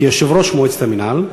כיושב-ראש מועצת המינהל,